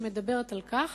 שמדברת על כך